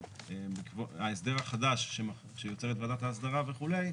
ההסדר החדש שיוצרת ועדת ההסדרה וכו'